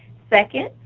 second,